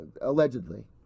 allegedly